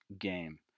game